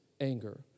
anger